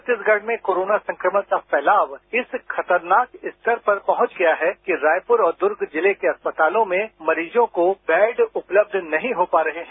छत्तीसगढ़ में कोरोना संक्रमण का फैलाव इस खतरनाक स्तर पर पहुंच गया है कि रायपुर और दुर्ग जिले के अस्पतालों में मरीजों को बेड उपलब्ध नहीं हो पा रहे हैं